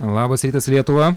labas rytas lietuva